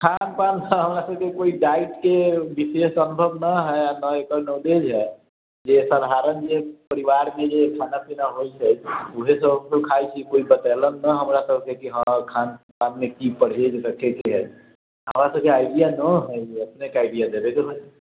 खान पान सँ हमरासबके कोइ डाइट के विषय संभव न है आओर न एकर नॉलेज है जे साधारण जे परिवार मे जे खाना पीना होइ छै उहे सब हमसब खाइ छियै कोइ बतेलक न हमरासबके की हँ खान पान मे की परहेज रखै के है हमरासबके आइडिया न है ई अपनेके आइडिया देबे के होएत